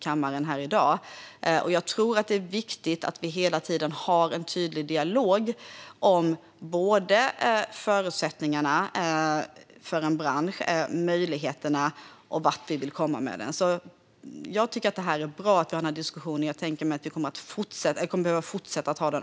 Det är viktigt att vi hela tiden har en tydlig dialog med branschen om förutsättningarna, möjligheterna och vart vi vill komma. Det är bra att vi har denna diskussion, och jag tänker att vi kommer att behöva fortsätta att ha den.